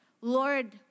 Lord